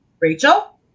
Rachel